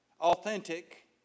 authentic